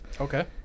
Okay